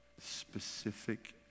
specific